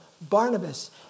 Barnabas